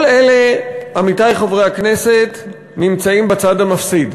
כל אלה, עמיתי חברי הכנסת, נמצאים בצד המפסיד.